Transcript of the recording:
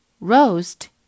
Roast